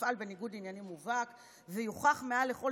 יפעל בניגוד עניינים מובהק ויוכח מעל לכל